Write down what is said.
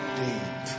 deep